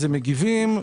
הם מגיבים,